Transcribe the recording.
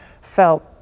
felt